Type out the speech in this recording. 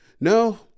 No